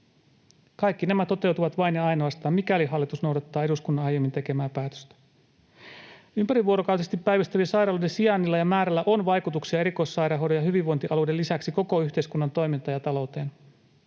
Kaikki nämä toteutuvat vain ja ainoastaan, mikäli hallitus noudattaa eduskunnan aiemmin tekemää päätöstä. Ympärivuorokautisesti päivystävien sairaaloiden sijainnilla ja määrällä on vaikutuksia erikoissairaanhoidon ja hyvinvointialueiden lisäksi koko yhteiskunnan toimintaan ja talou-teen.